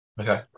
Okay